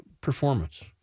performance